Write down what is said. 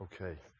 Okay